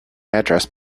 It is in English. address